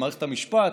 במערכת המשפט.